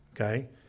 Okay